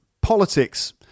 Politics